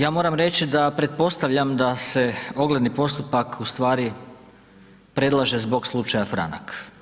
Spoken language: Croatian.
Ja moram reći da pretpostavljam da se ogledni postupak u stvari predlaže zbog slučaja Franak.